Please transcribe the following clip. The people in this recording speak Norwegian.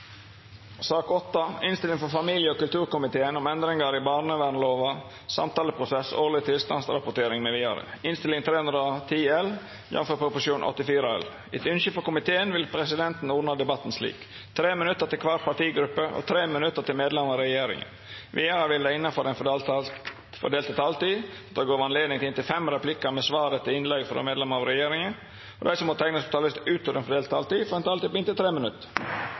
slik: 3 minutt til kvar partigruppe og 3 minutt til medlemer av regjeringa. Vidare vil det – innanfor den fordelte taletida – verta gjeve høve til inntil fem replikkar med svar etter innlegg frå medlemer av regjeringa, og dei som måtte teikna seg på talarlista utover den fordelte taletida, får ei taletid på inntil 3 minutt.